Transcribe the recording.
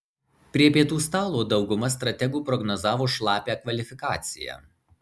prie pietų stalo dauguma strategų prognozavo šlapią kvalifikaciją